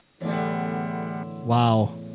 Wow